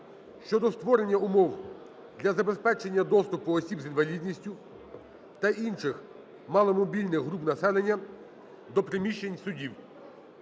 щодо створення умов для забезпечення доступу осіб з інвалідністю та інших маломобільних груп населення до приміщень судів